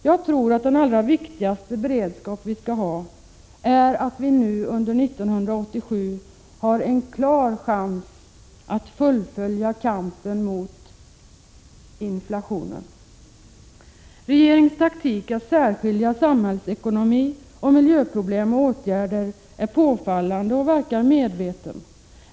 Jag tror att den allra viktigaste beredskap som vi skall ha ——— är att vi nu under 1987 har en klar chans att fullborda kampen mot inflationen.” Regeringens taktik att särskilja samhällsekonomi, miljöproblem och åtgärder är påfallande och verkar medveten.